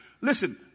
Listen